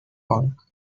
punk